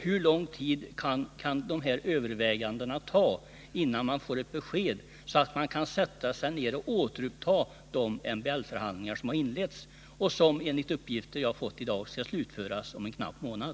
Hur lång tid kan övervägan dena komma att ta, innan man får ett besked, så att de MBL-förhandlingar kan återupptas som har inletts och som enligt uppgifter som jag har fått i dag skall kunna slutföras om en knapp månad?